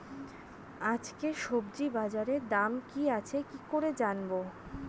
আজকে সবজি বাজারে দাম কি আছে কি করে জানবো?